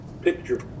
picture